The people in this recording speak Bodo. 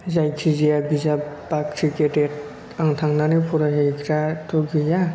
जायखि जाया बिजाब बाख्रि गेदेद आं थांनानै फरायहैग्राथ' गैया